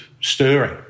stirring